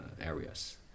areas